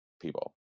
people